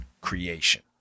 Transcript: creation